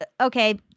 okay